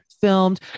filmed